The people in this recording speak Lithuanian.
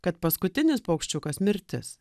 kad paskutinis paukščiukas mirtis